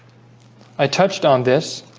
i touched on this